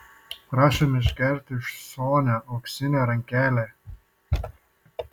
prašom išgerti už sonią auksinę rankelę